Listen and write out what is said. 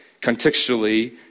contextually